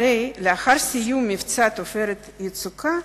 הרי לאחר סיום מבצע "עופרת יצוקה",